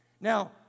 Now